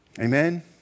Amen